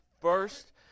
first